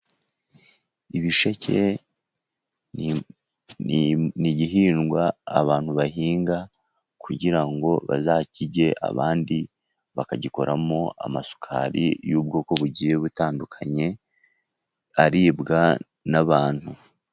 Ibisheke ni igihingwa abantu bahinga kugira ngo bazakirye, abandi bakagikoramo amasukari y'ubwoko bugiye butandukanye, aribwa n'abantu.